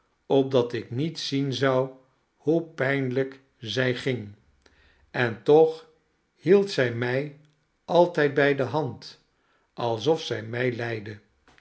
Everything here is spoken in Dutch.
opdat ik niet zien zou hoe pijnlijk zij ging en toch hield zij mij altijd bij de hand alsof zij mij leidde